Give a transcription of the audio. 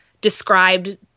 described